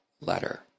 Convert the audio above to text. letter